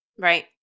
Right